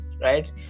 right